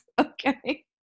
okay